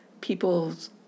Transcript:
people's